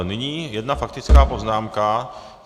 Nyní jedna faktická poznámka.